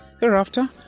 Thereafter